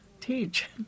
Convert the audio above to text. teach